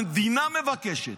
המדינה מבקשת.